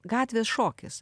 gatvės šokis